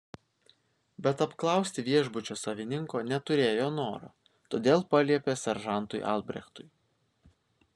bet apklausti viešbučio savininko neturėjo noro todėl paliepė seržantui albrechtui